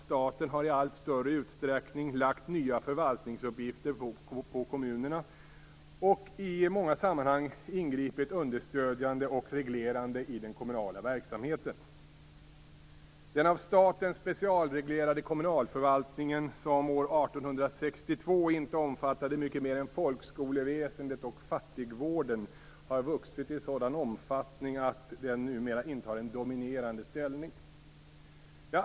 Staten har i allt större utsträckning lagt nya förvaltningsuppgifter på kommunerna och i många sammanhang ingripit understödjande och reglerande i den kommunala verksamheten. Den av staten specialreglerade kommunalförvaltningen, som år 1862 inte omfattade mycket mer än folkskoleväsendet och fattigvården, har vuxit i sådan omfattning att den numera intar en dominerande ställning.